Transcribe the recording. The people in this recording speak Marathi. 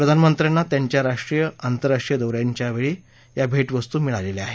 प्रधानमंत्र्यांना त्यांच्या राष्ट्रीय आंतरराष्ट्रीय दौ याच्यावेळी या भेटवस्तू मिळालेल्या आहेत